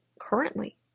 currently